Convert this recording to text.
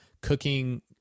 cooking